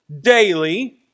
daily